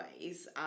ways